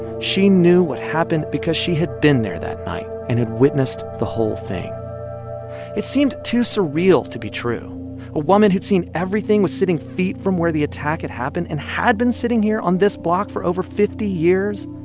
she knew what happened because she had been there that night and had witnessed the whole thing it seemed too surreal to be true a woman who'd seen everything was sitting feet from where the attack had happened and had been sitting here on this block for over fifty years.